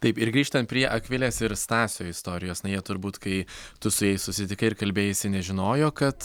taip ir grįžtant prie akvilės ir stasio istorijos na jie turbūt kai tu su jais susitikai ir kalbėjaisi nežinojo kad